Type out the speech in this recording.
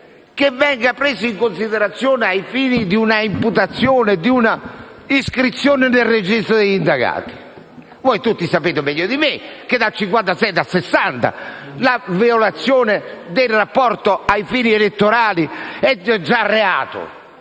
che venga preso in considerazione ai fini di una imputazione, di un'iscrizione nel registro degli indagati? Voi tutti sapete meglio di me che, dal 1960, la violazione del rapporto a fini elettorali è già reato.